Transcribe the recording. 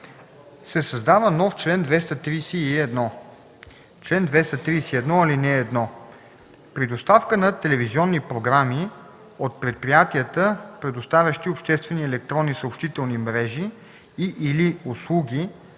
се създава нов чл. 231: „Чл. 231. (1) При доставка на телевизионни програми от предприятията, предоставящи обществени електронни съобщителни мрежи и/или услуги,